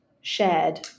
shared